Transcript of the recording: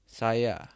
saya